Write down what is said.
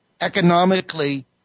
economically